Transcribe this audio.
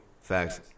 Facts